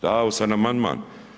Dao sam amandman.